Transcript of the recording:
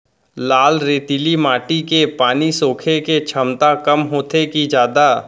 लाल रेतीली माटी के पानी सोखे के क्षमता कम होथे की जादा?